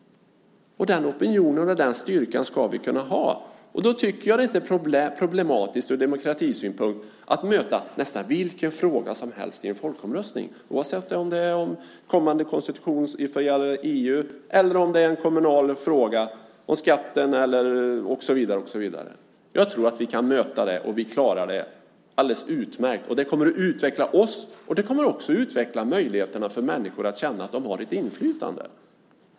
Den opinionen och den styrkan ska vi kunna ha. Då är det lite problematiskt ur demokratisynpunkt att inte kunna möta nästan vilken fråga som helst i en folkomröstning. Det gäller oavsett om det gäller kommande konstitution för EU eller om det är en kommunal fråga om skatten och så vidare. Jag tror att vi kan möta det, och vi klarar det alldeles utmärkt. Det kommer att utveckla oss. Det kommer också att utveckla möjligheterna för människor så att de känner att de har ett inflytande.